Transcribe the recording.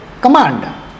command